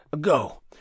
Go